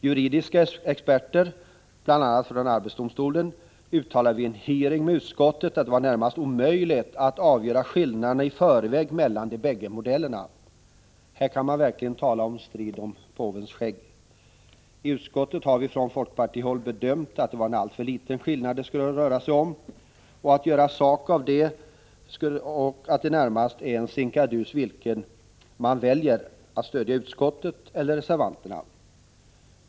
Juridiska experter, bl.a. från arbetsdomstolen, uttalade vid en utskottsutfrågning att det är närmast omöjligt att i förväg avgöra skillnaderna mellan de bägge modellerna. Här kan man verkligen tala om strid om påvens skägg. I utskottet har vi från folkpartihåll bedömt att det skulle röra sig om en alltför liten skillnad och att det närmast är en sinkadus vilket man väljer — att stödja utskottet eller reservanterna.